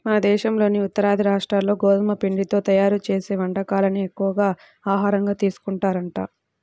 మన దేశంలోని ఉత్తరాది రాష్ట్రాల్లో గోధుమ పిండితో తయ్యారు చేసే వంటకాలనే ఎక్కువగా ఆహారంగా తీసుకుంటారంట